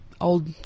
old